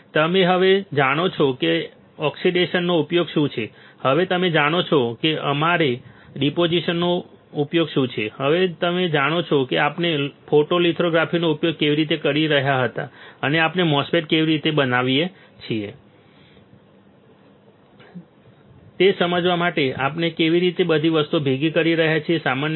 તેથી તમે હવે જાણો છો કે અમારા ઓક્સિડેશનનો ઉપયોગ શું છે તમે હવે જાણો છો કે અમારા ડિપોઝિશનનો ઉપયોગ શું છે તમે હવે જાણો છો કે આપણે ફોટોલિથોગ્રાફીનો ઉપયોગ કેવી રીતે કરી રહ્યા હતા અને આપણે MOSFET કેવી રીતે બનાવી શકીએ છીએ તે સમજવા માટે આપણે કેવી રીતે બધી વસ્તુઓ ભેગી કરી રહ્યા છીએ